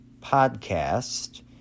podcast